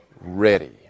ready